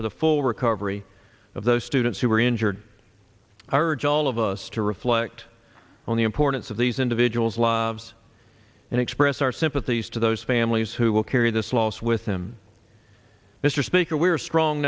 for the full recovery of those students who were injured i urge all of us to reflect on the importance of these individuals lives and express our sympathies to those families who will carry this loss with them mr speaker we're a strong